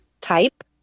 type